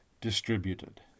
distributed